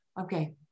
Okay